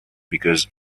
because